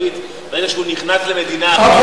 ברגע שהוא נכנס למדינה אחרת, אבל זה,